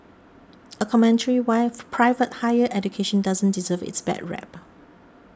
a commentary why private higher education doesn't deserve its bad rep